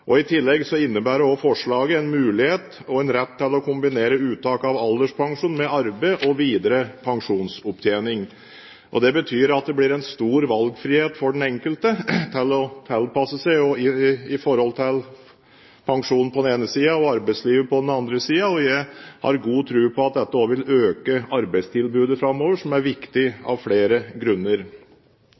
I tillegg innebærer også forslaget en mulighet og en rett til å kombinere uttak av alderspensjon med arbeid og videre pensjonsopptjening. Det betyr at det blir en stor valgfrihet for den enkelte til å tilpasse seg i forhold til pensjonen på den ene siden og arbeidslivet på den andre siden. Jeg har god tro på at dette også vil øke arbeidstilbudet framover, som er viktig av flere grunner.